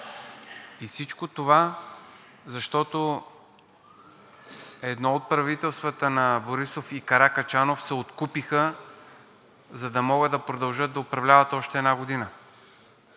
И всичко това, защото едно от правителствата на Борисов и Каракачанов се откупиха, за да могат да продължат да управляват още една година,